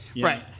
Right